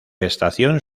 estación